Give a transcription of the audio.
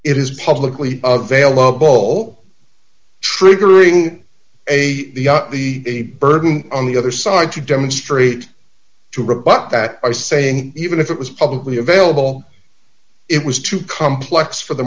it is publicly available all triggering a the a burden on the other side to demonstrate to rebut that by saying even if it was publicly available it was too complex for the